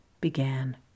began